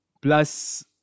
plus